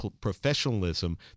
professionalism